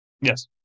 Yes